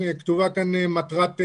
אנחנו קבענו את התחום הזה לשנת 2030,